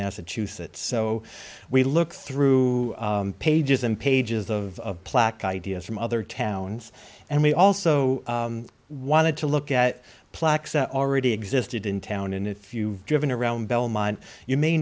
massachusetts so we look through pages and pages of plaque ideas from other towns and we also wanted to look at plaxo already existed in town and if you driven around belmont you may